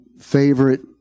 favorite